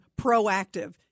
proactive